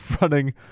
running